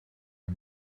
you